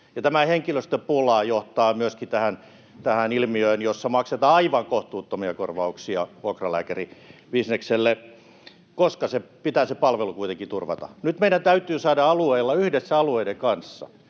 Tämä henkilöstöpula johtaa myöskin tähän ilmiöön, jossa maksetaan aivan kohtuuttomia korvauksia vuokralääkäribisnekselle, koska se palvelu pitää kuitenkin turvata. Nyt meidän täytyy saada alueilla — yhdessä alueiden kanssa